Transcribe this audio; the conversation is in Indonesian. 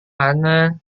mana